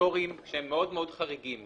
פטורים שהם מאוד חריגים,